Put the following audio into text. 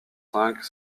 cinq